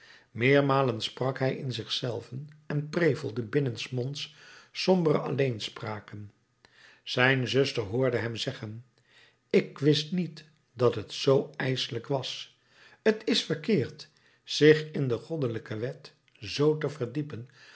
meermalen sprak hij in zich zelven en prevelde binnensmonds sombere alleenspraken zijn zuster hoorde hem zeggen ik wist niet dat het zoo ijselijk was t is verkeerd zich in de goddelijke wet zoo te verdiepen